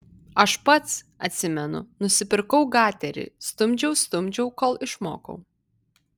aš pats atsimenu nusipirkau gaterį stumdžiau stumdžiau kol išmokau